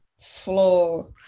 floor